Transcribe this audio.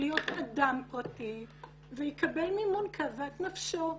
להיות אדם פרטי ויקבל מימון כאוות נפשו.